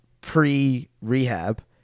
pre-rehab